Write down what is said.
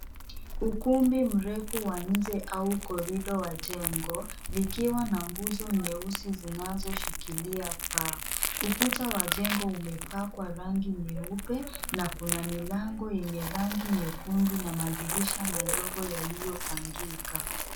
Ukumbi mrefu wa nje au corridor wa jengo likiwa na nguzo nyeusi zilizoshikilia paa, ukuta wa jengo umepakwa rangi nyeupe na kuna milango yenye rangi nyekundu na madirisha madogo yaliyopangika.